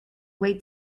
wait